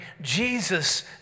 Jesus